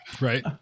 Right